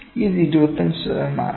ഇത് 25 ശതമാനമാണ്